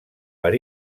per